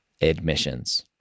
admissions